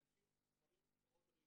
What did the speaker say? בקבוק של תינוק שמכיל חומרים מאוד רעילים,